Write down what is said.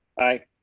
aye.